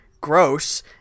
gross